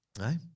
Right